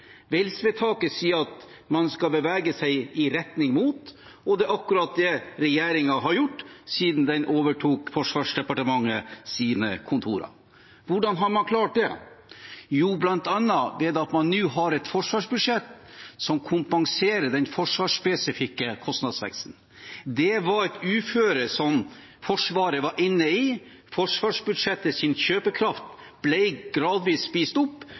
Wales-vedtaket sier at man skal bevege seg i retning mot det, og det er akkurat det regjeringen har gjort siden den overtok Forsvarsdepartementets kontorer. Hvordan har man klart det? Jo, bl.a. ved at man nå har et forsvarsbudsjett som kompenserer for den forsvarsspesifikke kostnadsveksten. Det var et uføre som Forsvaret var inne i. Forsvarsbudsjettets kjøpekraft ble gradvis spist opp,